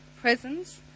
presence